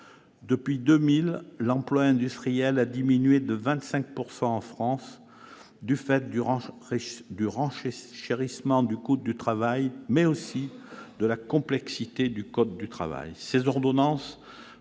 Depuis 2000, l'emploi industriel a diminué de 25 % en France du fait du renchérissement du coût du travail et de la complexité du code du travail.